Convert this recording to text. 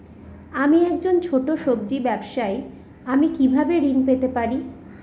আমি একজন ছোট সব্জি ব্যবসায়ী আমি কিভাবে ঋণ পেতে পারি?